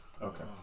Okay